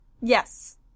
Yes